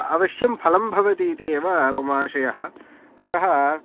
अवश्यं फलं भवतीति एव ममाशयः अतः